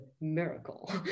miracle